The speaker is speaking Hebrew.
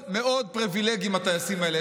הם מאוד מאוד פריבילגים, הטייסים האלה.